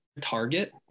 target